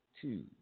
Two